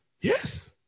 Yes